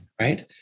right